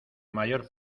mayor